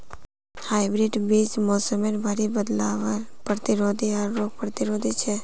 hybrid बीज मोसमेर भरी बदलावर प्रतिरोधी आर रोग प्रतिरोधी छे